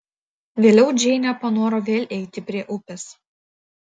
vėliau džeinė panoro vėl eiti prie upės